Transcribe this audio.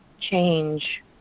change